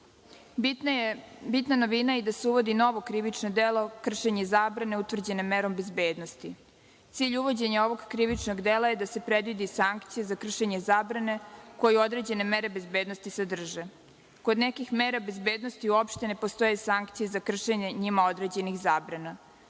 novina je i da se uvodi novo krivično delo, kršenje zabrane utvrđene merom bezbednosti. Cilj uvođenja ovog krivičnog dela je da se predvidi sankcija za kršenje zabrane koju određene mere bezbednosti sadrže. Kod nekih mera bezbednosti uopšte ne postoje sankcije za kršenje njima određenih zabrana.